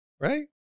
right